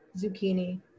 Zucchini